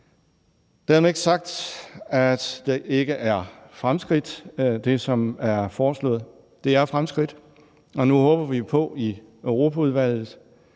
Dermed ikke sagt, at det, som er foreslået, ikke er fremskridt. Det er fremskridt. Og nu håber vi på i Europaudvalget,